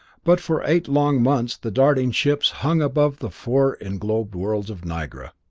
but for eight long months the darting ships hung above the four englobed worlds of nigra.